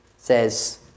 Says